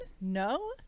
No